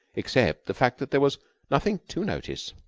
except the fact that there was nothing to notice.